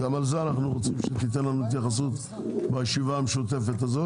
אנחנו רוצים שתיתן לנו התייחסות גם על זה בישיבה המשותפת.